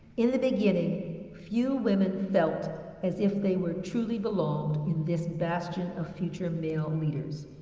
in the beginning, few women felt as if they were truly belonged in this bastion of future male leaders.